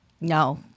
No